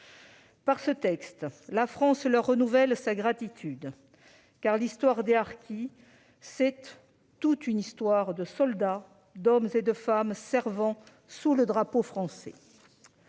Par ce texte, la France leur renouvelle sa gratitude ; car l'histoire des harkis est avant tout une histoire de soldats, d'hommes et de femmes servant sous le drapeau français.